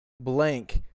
blank